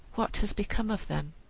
what has become of them?